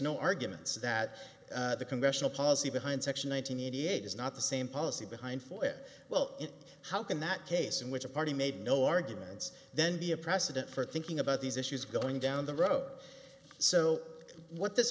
no arguments that the congressional policy behind section nine hundred eighty eight is not the same policy behind for it well how can that case in which a party made no arguments then be a precedent for thinking about these issues going down the road so what this